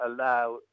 allow